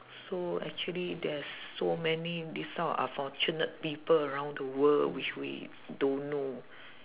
so actually there's so many this type of unfortunate people around the world which we don't know